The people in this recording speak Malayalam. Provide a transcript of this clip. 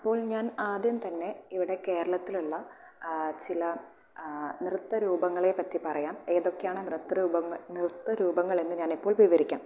അപ്പോൾ ഞാൻ ആദ്യം തന്നെ ഇവിടെ കേരളത്തിലുള്ള ചില നൃത്തരൂപങ്ങളെ പറ്റി പറയാം ഏതൊക്കെയാണ് നൃത്ത രൂപങ്ങൾ നൃത്ത രൂപങ്ങളെന്ന് ഞാനിപ്പോൾ വിവരിക്കാം